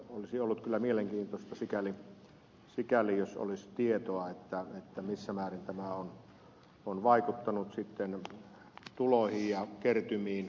olisi ollut kyllä mielenkiintoista sikäli jos olisi tietoa missä määrin tämä on vaikuttanut sitten tuloihin ja kertymiin